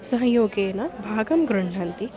सहयोगेन भागं गृह्णन्ति